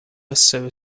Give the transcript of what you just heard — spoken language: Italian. essere